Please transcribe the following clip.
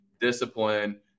discipline